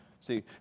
see